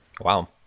Wow